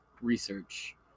research